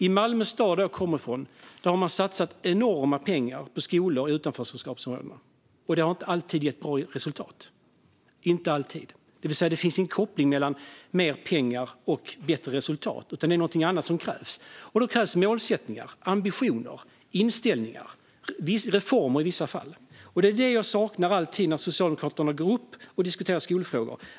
I Malmö stad där jag kommer från har man satsat enormt mycket pengar på skolor i utanförskapsområdena, och det har inte alltid gett bra resultat. Inte alltid. Det vill säga det finns ingen koppling mellan mer pengar och bättre resultat, utan det är någonting annat som krävs. Det krävs målsättningar, ambitioner, inställning och i vissa fall reformer. Det är det jag alltid saknar när Socialdemokraterna diskuterar skolfrågor.